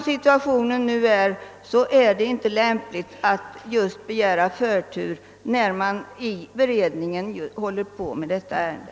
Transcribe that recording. Andra lagutskottet anser, att det inte är lämpligt att begära sådan förtur när kommittén arbetar med detta ärende.